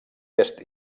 est